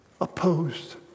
opposed